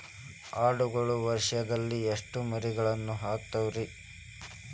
ಆಡುಗಳು ವರುಷದಲ್ಲಿ ಎಷ್ಟು ಮರಿಗಳನ್ನು ಹಾಕ್ತಾವ ರೇ?